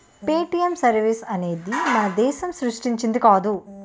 Paytm service అనేది మన దేశం సృష్టించింది కాదు